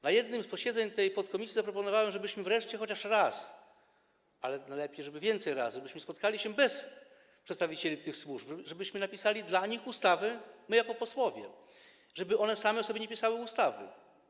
Na jednym z posiedzeń tej podkomisji zaproponowałem, żebyśmy wreszcie chociaż raz, ale najlepiej, żeby więcej razy, spotkali się bez przedstawicieli tych służb, żebyśmy napisali dla nich ustawę, my, jako posłowie, żeby one same sobie nie pisały ustawy.